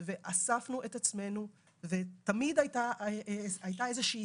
ואספנו את עצמנו ותמיד הייתה איזה שהיא